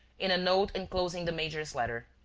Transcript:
in a note enclosing the major's letter.